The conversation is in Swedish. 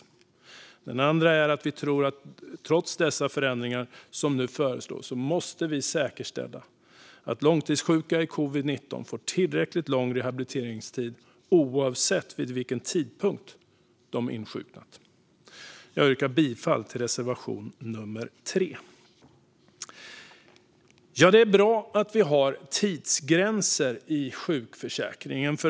För det andra anser vi att man trots de förändringar som nu föreslås måste säkerställa att långtidssjuka i covid-19 får tillräckligt lång rehabiliteringstid, oavsett vid vilken tidpunkt de insjuknat. Jag yrkar bifall till reservation nummer 3. Det är bra att vi har tidsgränser i sjukförsäkringen.